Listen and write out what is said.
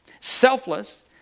selfless